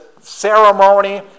ceremony